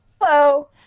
Hello